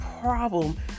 problem